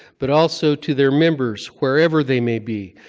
but also to their members, wherever they may be.